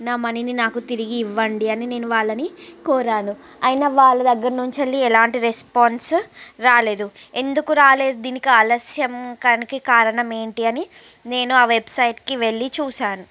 నా మనీ ని నాకు తిరిగి ఇవ్వండి అని నేను వాళ్ళని కోరాను అయినా వాళ్ళ దగ్గర్నుంచెళ్ళి ఎలాంటి రెస్పాన్స్ రాలేదు ఎందుకు రాలేదు దీనికి ఆలస్యం కానీకి కారణం ఏంటి అని నేను ఆ వెబ్ సైట్ కి వెళ్ళి చూసాను